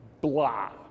blah